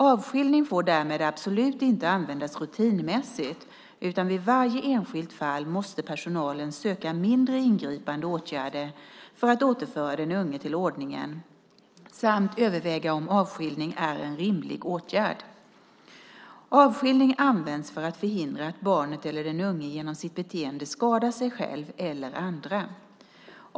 Avskiljning får därmed absolut inte användas rutinmässigt utan vid varje enskilt fall måste personalen söka mindre ingripande åtgärder för att återföra den unge till ordningen samt överväga om avskiljning är en rimlig åtgärd. Avskiljning används för att förhindra att barnet eller den unge genom sitt beteende skadar sig själv eller andra.